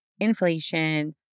inflation